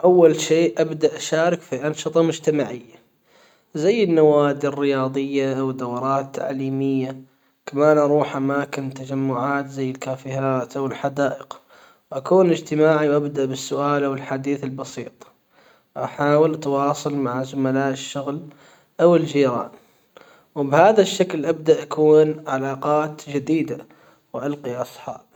Hأول شيء ابدأ اشارك في انشطة مجتمعية زي النوادي الرياضية ودورات تعليمية كمان اروح اماكن تجمعات زي الكافيهات او الحدائق أكوني اجتماعي وابدأ بالسؤال او الحديث البسيط أحاول تواصل مع زملائ الشغل او الجيران وبهذا الشكل ابدأ اكون علاقات جديدة والقي اصحاب.